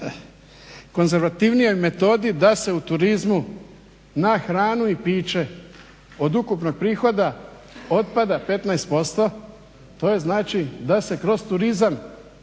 najkonzervativnijoj metodi da se u turizmu na hranu i piće od ukupnog prihoda otpada 15% to je znači da se kroz turizam